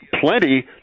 plenty